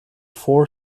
four